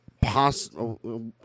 possible